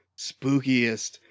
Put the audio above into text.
spookiest